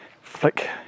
Flick